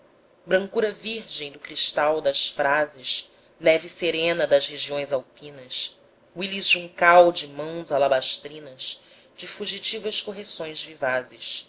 brancura virgem do cristal das frases neve serene das regiões alpinas willis juncal de mãos alabastrinas de fugitivas correções vivazes